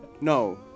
No